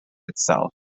itself